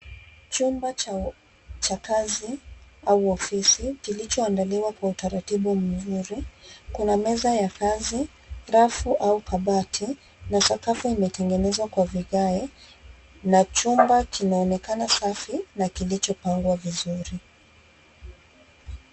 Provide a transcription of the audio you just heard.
Chumba cha kazi, au ofisi, kilichoandaliwa kwa utaratibu mzuri. Kuna meza ya kazi, rafu au kabati, na sakafu imetengenezwa kwa vigae, na chumba kinaonekana safi na kilichopangwa vizuri.